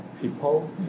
people